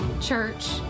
church